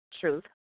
Truth